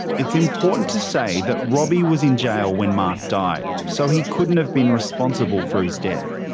it's important to say that robbie was in jail when mark died, so he couldn't have been responsible for his death.